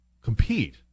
compete